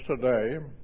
today